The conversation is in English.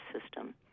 system